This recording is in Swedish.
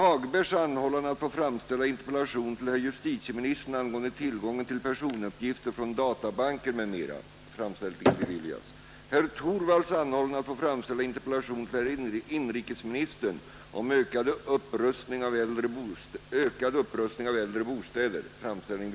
Allmänheten och främst abortopererade kvinnor känner olust och indignation samt har svårt att göra en bedömning av nyttan med denna typ av medicinsk forskning.